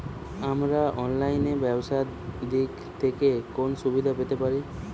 আমরা অনলাইনে ব্যবসার দিক থেকে কোন সুবিধা পেতে পারি?